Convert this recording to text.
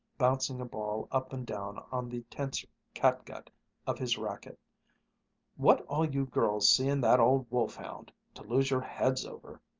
bouncing a ball up and down on the tense catgut of his racquet what all you girls see in that old wolf-hound, to lose your heads over!